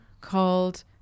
called